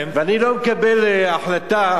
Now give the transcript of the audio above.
ואני לא מקבל החלטה,